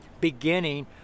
beginning